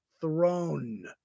throne